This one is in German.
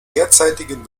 derzeitigen